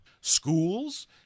schools